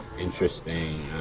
interesting